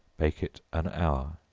bake it an hour.